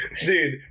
dude